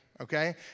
okay